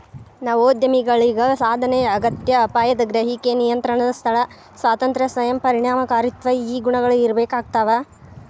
ನವೋದ್ಯಮಿಗಳಿಗ ಸಾಧನೆಯ ಅಗತ್ಯ ಅಪಾಯದ ಗ್ರಹಿಕೆ ನಿಯಂತ್ರಣದ ಸ್ಥಳ ಸ್ವಾತಂತ್ರ್ಯ ಸ್ವಯಂ ಪರಿಣಾಮಕಾರಿತ್ವ ಈ ಗುಣಗಳ ಇರ್ಬೇಕಾಗ್ತವಾ